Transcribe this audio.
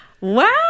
Wow